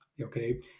okay